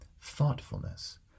Thoughtfulness